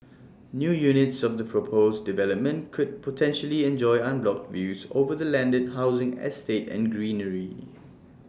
new units of the proposed development could potentially enjoy unblocked views over the landed housing estate and greenery